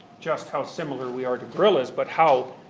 just how similar we are to gorillas, but how